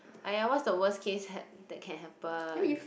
!aiya! what's the worst case that can happen